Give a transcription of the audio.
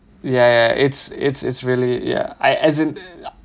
ya ya it's it's it's really ya I as in